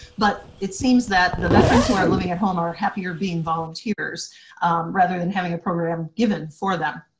but it seems that the veterans who are living at home are are happier being volunteers rather than having a program given for them,